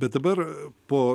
bet dabar po